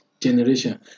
generation